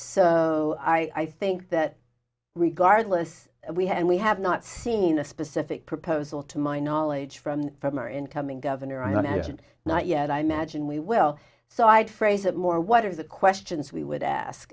so i think that regardless we had we have not seen a specific proposal to my knowledge from from our incoming governor i did not yet i imagine we will so i'd phrase it more what are the questions we would ask